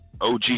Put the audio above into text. OG